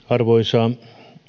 arvoisa